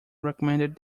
recommended